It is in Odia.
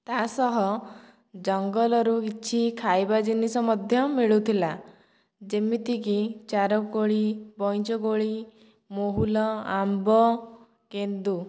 ତା' ସହ ଜଙ୍ଗଲରୁ କିଛି ଖାଇବା ଜିନିଷ ମଧ୍ୟ ମିଳୁଥିଲା ଯେମିତିକି ଚାର କୋଳି ବଇଁଚ କୋଳି ମୁହୁଲ ଆମ୍ବ କେନ୍ଦୁ